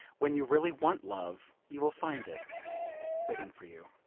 when you really want love you will find it waiting for you.